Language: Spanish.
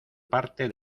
parte